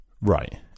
Right